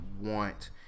want